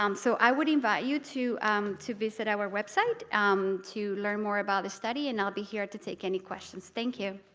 um so i would invite you to to visit our website um to learn more about the study and i'll be here to take any questions. thank you